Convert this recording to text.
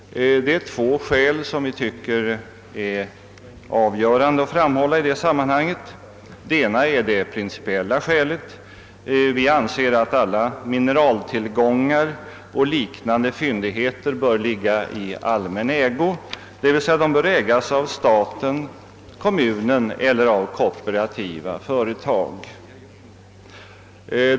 Två skäl tycker vi är avgörande att framhålla i detta sammanhang. Det ena skälet är principiellt: vi anser att alla mineraltillgångar och liknande fyndigheter bör ligga i allmän ägo, d.v.s. ägas av staten, kommunen eller kooperativa företag.